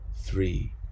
three